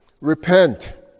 repent